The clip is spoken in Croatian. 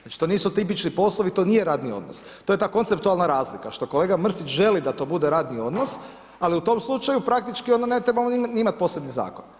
Znači to nisu tipični poslovi, to nije radni odnos, to je ta konceptualna razlika što kolega Mrsić želi da to bude radni odnos, ali u tom slučaju praktički onda ne trebamo niti imati posebni zakon.